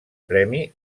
premi